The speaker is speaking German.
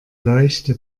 leuchte